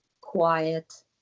quiet